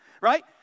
right